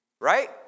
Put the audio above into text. right